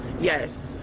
Yes